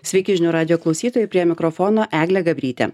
sveiki žinių radijo klausytojai prie mikrofono eglė gabrytė